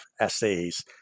essays